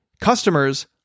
customers